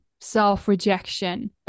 self-rejection